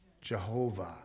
Jehovah